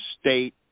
state